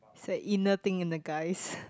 it's a inner thing in the guys